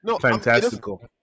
fantastical